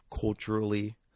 culturally